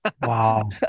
wow